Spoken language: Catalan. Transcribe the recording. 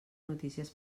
notícies